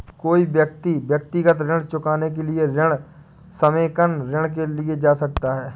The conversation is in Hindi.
कोई व्यक्ति व्यक्तिगत ऋण चुकाने के लिए ऋण समेकन ऋण के लिए जा सकता है